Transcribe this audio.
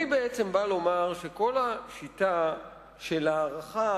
אני בעצם בא לומר שכל השיטה של הארכה